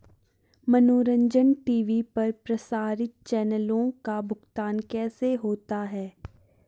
मनोरंजन टी.वी पर प्रसारित चैनलों का भुगतान कैसे होता है?